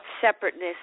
separateness